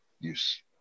use